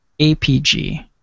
APG